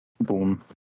boom